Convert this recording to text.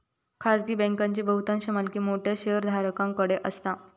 खाजगी बँकांची बहुतांश मालकी मोठ्या शेयरधारकांकडे असता